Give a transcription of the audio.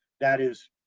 that is,